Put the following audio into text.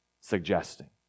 suggesting